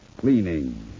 cleaning